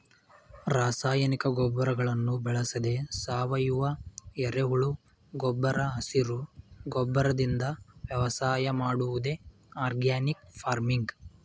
ರಾಸಾಯನಿಕ ಗೊಬ್ಬರಗಳನ್ನು ಬಳಸದೆ ಸಾವಯವ, ಎರೆಹುಳು ಗೊಬ್ಬರ ಹಸಿರು ಗೊಬ್ಬರದಿಂದ ವ್ಯವಸಾಯ ಮಾಡುವುದೇ ಆರ್ಗ್ಯಾನಿಕ್ ಫಾರ್ಮಿಂಗ್